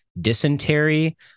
dysentery